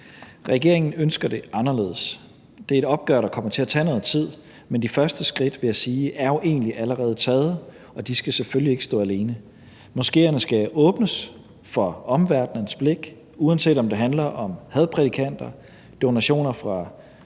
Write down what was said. Regeringen ønsker det anderledes. Det er et opgør, der kommer til at tage noget tid, men de første skridt vil jeg sige jo egentlig allerede er taget, og de skal selvfølgelig ikke stå alene. Moskéerne skal åbnes for omverdenens blik, uanset om det handler om hadprædikanter, donationer fra